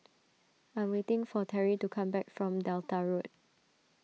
I am waiting for Teri to come back from Delta Road